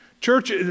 Church